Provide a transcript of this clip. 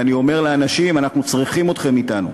ואני אומר לאנשים: אנחנו צריכים אתכם אתנו.